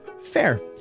Fair